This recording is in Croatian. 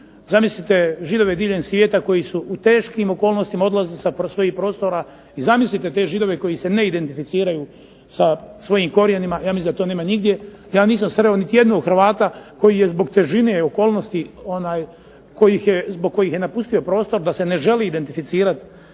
Zamislite Židove diljem svijeta koji su u teškim okolnostima odlazili sa svojih prostora i zamislite te Židove koji se ne identificiraju sa svojim korijenima. Ja mislim da to nema nigdje. Ja nisam sreo niti jednog Hrvata koji je zbog težine okolnosti zbog kojih je napustio prostor da se ne želi identificirati